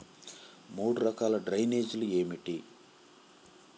మూడు రకాల డ్రైనేజీలు ఏమిటి?